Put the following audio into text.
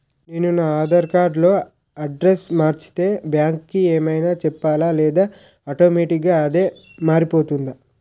నేను నా ఆధార్ కార్డ్ లో అడ్రెస్స్ మార్చితే బ్యాంక్ కి ఏమైనా చెప్పాలా లేదా ఆటోమేటిక్గా అదే మారిపోతుందా?